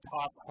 top